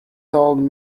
told